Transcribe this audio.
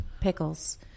pickles